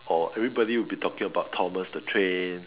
or everybody will be talking about Thomas the train